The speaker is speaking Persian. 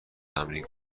تمرین